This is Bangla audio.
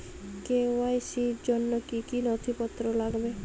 কে.ওয়াই.সি র জন্য কি কি নথিপত্র লাগবে?